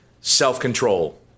self-control